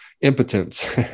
impotence